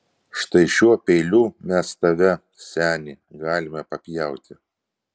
štai šiuo peiliu mes tave seni galime papjauti